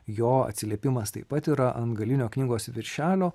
jo atsiliepimas taip pat yra ant galinio knygos viršelio